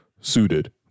suited